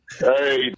hey